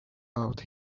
out